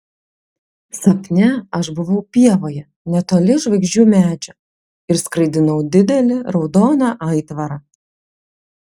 sapne aš buvau pievoje netoli žvaigždžių medžio ir skraidinau didelį raudoną aitvarą